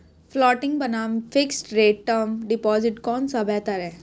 Floating बनाम fixed rate term deposit कौन सा बेहतर है?